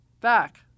back